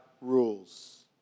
rules